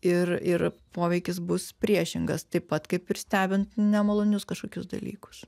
ir ir poveikis bus priešingas taip pat kaip ir stebint nemalonius kažkokius dalykus